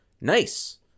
nice